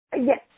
Yes